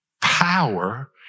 power